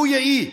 לו יהי.